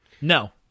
No